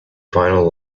final